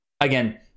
again